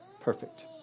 perfect